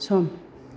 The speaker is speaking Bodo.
सम